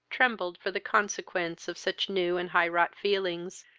trembled for the consequence of such new and high-wrought feelings,